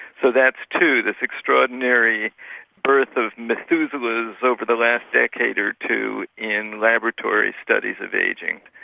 so that's two this extraordinary birth of methuselahs over the last decade or two in laboratory studies of ageing.